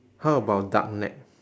how about duck neck